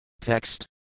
Text